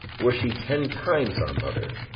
were she ten times our mother.